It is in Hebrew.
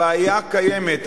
הבעיה קיימת,